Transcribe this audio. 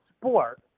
sport